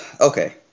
Okay